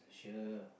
sure